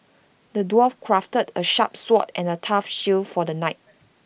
the dwarf crafted A sharp sword and A tough shield for the knight